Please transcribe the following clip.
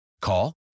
Call